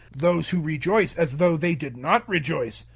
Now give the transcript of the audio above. those who rejoice as though they did not rejoice,